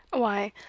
why,